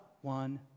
one